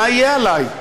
מה יהיה עלי?